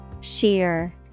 Sheer